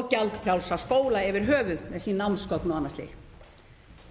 og gjaldfrjálsa skóla yfirhöfuð með sín námsgögn og annað